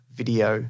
video